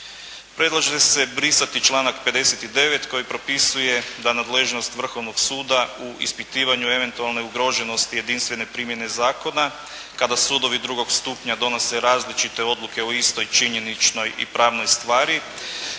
Predlaže se brisati članak 59. koji propisuje da nadležnost Vrhovnog suda u ispitivanju eventualne ugroženosti jedinstvene primjene zakona kada sudovi drugog stupnja donose različite odluke o istoj činjeničnoj i pravnoj stvari